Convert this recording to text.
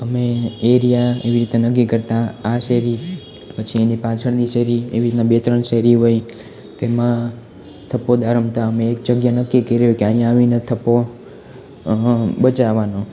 અમે એરિયા એવી રીતે નક્કી કરતાં આ શેરી પછી એની પાછળની શેરી એવી રીતના બે ત્રણ શેરી હોય તેમાં થપ્પો દાવ રમતા અમે એક જગ્યા નક્કી કરી હોય કે અહીંયા આવીને થપ્પો બચાવવાનો